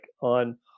on